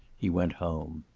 he went home.